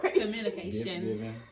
Communication